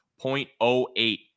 0.08